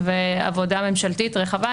-- ועבודה ממשלתית רחבה.